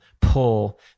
pull